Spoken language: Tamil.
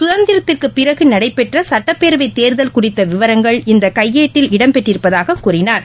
கதந்திரத்திற்கு பிறகு நடைபெற்ற சட்டப்பேரவைத் தேர்தல் குறித்த விவரங்கள் இந்த கையேட்டில் இடம்பெற்றிருப்பதாக கூறினார்